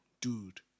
dude